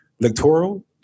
electoral